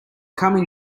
coming